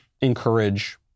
encourage